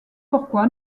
pourquoi